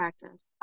practice